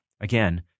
again